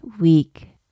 week